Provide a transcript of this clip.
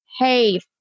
Hey